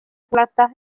kuulata